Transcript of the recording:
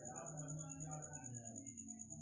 परियोजना अधारित कारोबार मे असफल होय के खतरा रहै छै